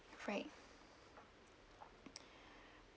right